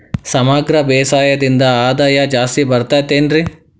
ಸಮಗ್ರ ಬೇಸಾಯದಿಂದ ಆದಾಯ ಜಾಸ್ತಿ ಬರತೈತೇನ್ರಿ?